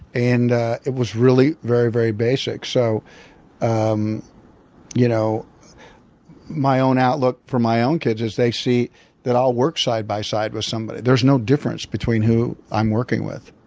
and it was really very, very basic. so um you know my own outlook for my own kids is they see that i'll work side by side with somebody. there's no difference between who i'm working with.